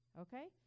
Okay